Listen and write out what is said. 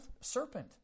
serpent